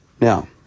Now